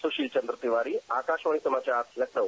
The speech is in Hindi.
सुशील चन्द्र तिवारी आकाशवाणी समाचार लखनऊ